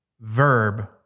verb